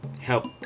help